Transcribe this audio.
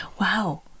Wow